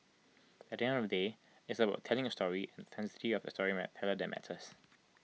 at the end of the day it's about telling A story and the authenticity of storyteller that matters